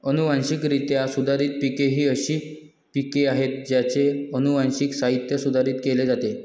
अनुवांशिकरित्या सुधारित पिके ही अशी पिके आहेत ज्यांचे अनुवांशिक साहित्य सुधारित केले जाते